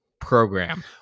Program